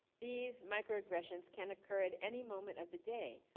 these micro-aggressions can occur at any moment of the day,